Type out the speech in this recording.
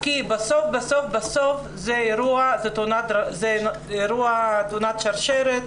כי בסוף זה אירוע תאונת שרשרת,